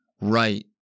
right